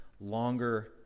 longer